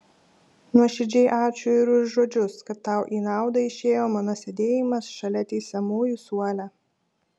nuoširdžiai ačiū ir už žodžius kad tau į naudą išėjo mano sėdėjimas šalia teisiamųjų suole